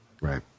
Right